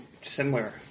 similar